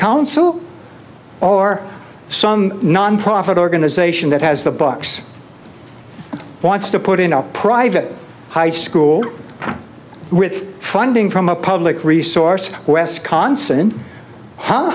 council or some nonprofit organization that has the books wants to put in a private high school with funding from a public resource west consonant h